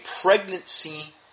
pregnancy